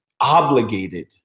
obligated